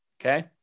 Okay